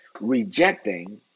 Rejecting